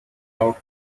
out